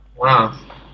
Wow